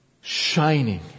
shining